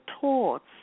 thoughts